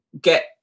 get